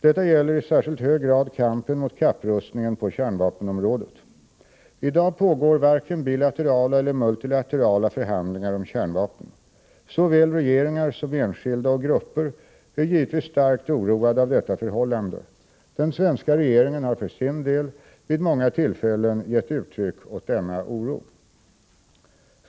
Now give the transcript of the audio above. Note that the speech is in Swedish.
Detta gäller i särskilt hög grad kampen mot kapprustningen på kärnvapenområdet. I dag pågår varken bilaterala eller multilaterala förhandlingar om kärnvapen. Såväl regeringar som enskilda och grupper är givetvis starkt oroade av detta förhållande. Den svenska regeringen har för sin del vid många tillfällen många gånger gett uttryck åt denna oro.